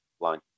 line